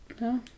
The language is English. No